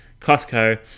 Costco